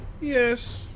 Yes